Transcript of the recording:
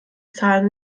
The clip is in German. zahlen